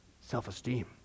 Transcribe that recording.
self-esteem